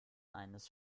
eines